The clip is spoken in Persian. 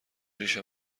ریش